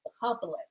public